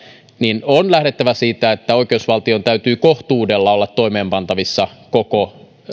niin on lähdettävä siitä että oikeusvaltion täytyy kohtuudella olla toimeenpantavissa koko